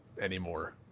anymore